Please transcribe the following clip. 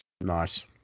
nice